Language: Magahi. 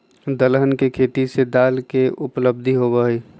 दलहन के खेती से दाल के उपलब्धि होबा हई